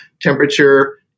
temperature